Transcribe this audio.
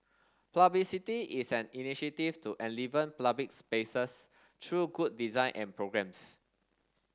publicity is an initiative to enliven public spaces through good design and programmes